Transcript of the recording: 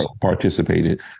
participated